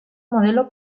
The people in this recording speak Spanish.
modelo